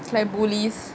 like police